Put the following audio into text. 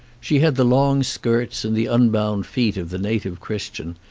she had the long skirts and the unbound feet of the native chris tian,